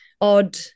odd